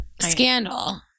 scandal